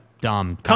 dumb